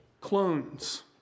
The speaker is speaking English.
clones